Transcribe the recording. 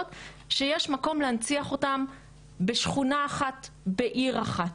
שיש מקום להנציח אותן בשכונה אחת בעיר אחת.